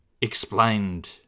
explained